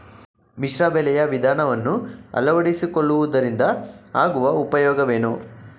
ಮಿಶ್ರ ಬೆಳೆಯ ವಿಧಾನವನ್ನು ಆಳವಡಿಸಿಕೊಳ್ಳುವುದರಿಂದ ಆಗುವ ಉಪಯೋಗವೇನು?